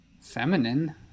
feminine